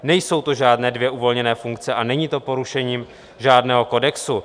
Nejsou to žádné dvě uvolněné funkce a není to porušením žádného kodexu.